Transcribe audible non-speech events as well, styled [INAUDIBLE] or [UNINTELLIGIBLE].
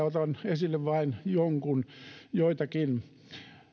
[UNINTELLIGIBLE] otan esille vain joitakin